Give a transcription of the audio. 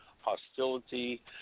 hostility